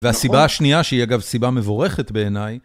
והסיבה השנייה, שהיא אגב סיבה מבורכת בעיניי...